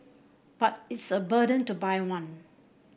but it's a burden to buy one